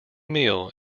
meal